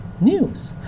news